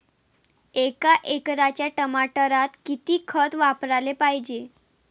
एका एकराच्या टमाटरात किती खत वापराले पायजे?